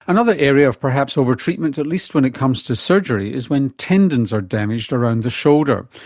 another area of perhaps over-treatment, at least when it comes to surgery is when tendons are damaged around the shoulder.